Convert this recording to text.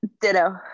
Ditto